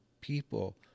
people